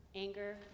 anger